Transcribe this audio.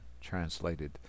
translated